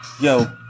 Yo